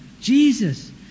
Jesus